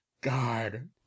God